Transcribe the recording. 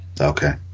Okay